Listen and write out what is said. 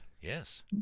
Yes